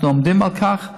אנחנו עומדים על כך,